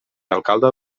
alcalde